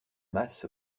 mas